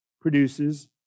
produces